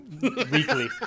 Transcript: Weekly